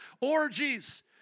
orgies